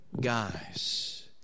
guys